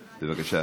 בבקשה.